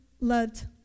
loved